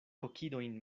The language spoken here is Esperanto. kokidojn